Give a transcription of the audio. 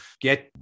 get